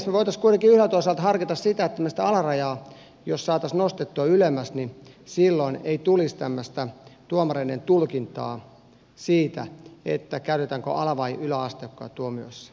me voisimme kuitenkin yhdeltä osalta harkita sitä että jos me sitä alarajaa saisimme nostettua ylemmäs niin silloin ei tulisi tämmöistä tuomareiden tulkintaa siitä käytetäänkö ala vai yläasteikkoa tuomiossa